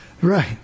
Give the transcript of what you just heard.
Right